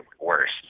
worse